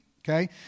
okay